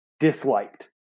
disliked